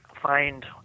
find